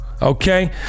Okay